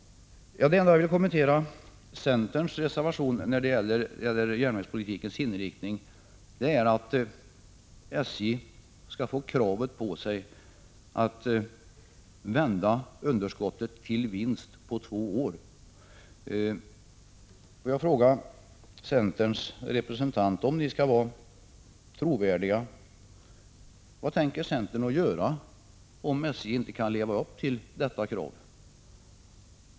Jag övergår nu till att kommentera centerns reservation om järnvägspolitikens inriktning där det krävs att SJ skall få kravet på sig att vända underskottet till vinst på två år. Får jag fråga centerns representant: Om ni skall vara trovärdiga, vad tänker ni göra om SJ inte kan leva upp till detta krav?